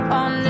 on